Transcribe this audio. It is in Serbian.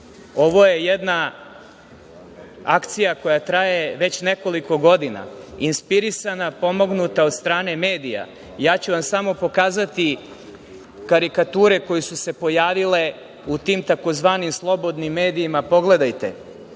Ovo je jedna akcija koja traje već nekoliko godina, inspirisana, pomognuta od strane medija. Ja ću vam samo pokazati karikature koje su se pojavile u tim tzv. slobodnim medijima. Pogledajte,